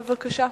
בבקשה.